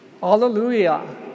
Hallelujah